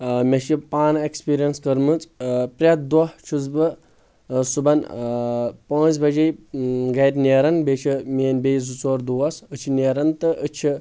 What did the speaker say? مےٚ چھِ پانہٕ ایٚکٕسپیریٚنس کٔرمٕژ پرٮ۪تھ دۄہ چھُس بہٕ صبحن پانٛژھ بجے گرِ نیران بییٚہِ چھِٕ میٲنۍ بییٚہِ زٕ ژور دوس أسۍ چھِ نیرن تہٕ أسۍ چھٕ